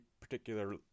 particular